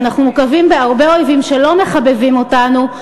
אנחנו מוקפים בהרבה אויבים שלא מחבבים אותנו,